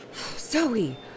Zoe